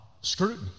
scrutiny